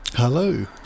Hello